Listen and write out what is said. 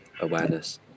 awareness